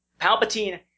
Palpatine